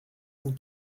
cent